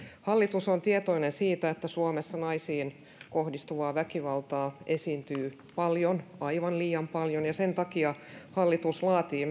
hallitus on tietoinen siitä että suomessa naisiin kohdistuvaa väkivaltaa esiintyy paljon aivan liian paljon ja sen takia hallitus laatii